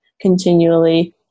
continually